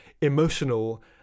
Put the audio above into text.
emotional